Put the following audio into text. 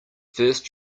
first